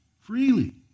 Freely